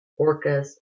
orcas